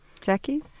Jackie